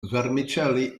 vermicelli